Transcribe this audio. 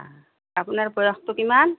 আপোনাৰ বয়সতো কিমান